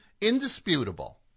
indisputable